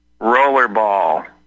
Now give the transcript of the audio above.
Rollerball